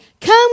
Come